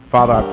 Father